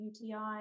UTI